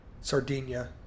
Sardinia